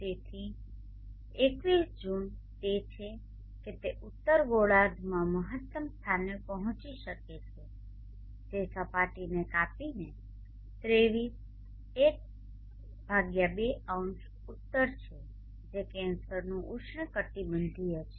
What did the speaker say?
તેથી 21 જૂન તે તે છે કે તે ઉત્તર ગોળાર્ધમાં મહત્તમ સ્થાને પહોંચી શકે છે જે સપાટીને કાપીને 23 ½0 ઉત્તર છે જે કેન્સરનું ઉષ્ણકટિબંધીય છે